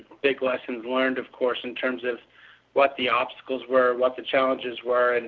big lessons learned, of course, in terms of what the obstacles were, what the challenges were, and